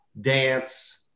dance